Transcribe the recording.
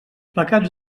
pecats